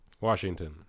Washington